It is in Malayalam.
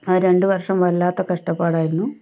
ആ രണ്ടു വർഷം വല്ലാത്ത കഷ്ടപ്പാടായിരുന്നു